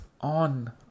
on